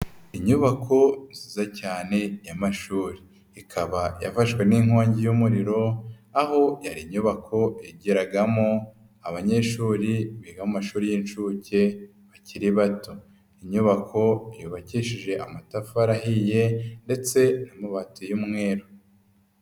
Inyubako nziza cyane y'amashuri, ikaba yafashwe n'inkongi y'umuriro aho yari inyubako yigiragamo abanyeshuri biga amashuri y'inshuke bakiri bato, inyubako yubakishijeje amatafari ahiye ndetse n'amabati y'umweru.